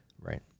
Right